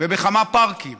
ובכמה פארקים